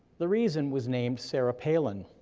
the reason was named sarah palin.